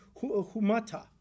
humata